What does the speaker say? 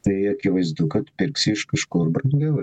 tai akivaizdu kad pirksi iš kažkur brangiau